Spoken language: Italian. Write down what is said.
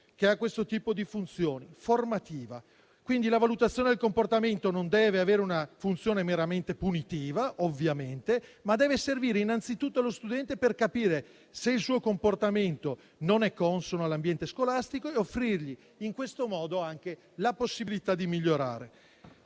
riveste questo tipo di funzione: quella formativa. Quindi, la valutazione del comportamento non deve avere una funzione meramente punitiva, ovviamente, ma deve servire innanzitutto allo studente, per capire se il suo comportamento non è consono all'ambiente scolastico e offrirgli, in questo modo, anche la possibilità di migliorare.